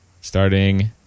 Starting